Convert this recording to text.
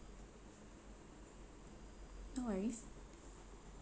no worries